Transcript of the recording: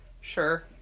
sure